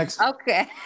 okay